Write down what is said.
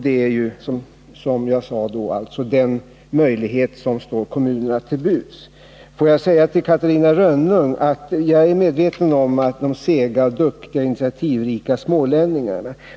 Det är, som jag sade tidigare, den möjlighet som står kommunerna till buds. Till Catarina Rönnung vill jag säga att jag är medveten om de sega, duktiga och initiativrika smålänningarna.